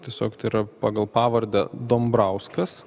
tiesiog tai yra pagal pavardę dambrauskas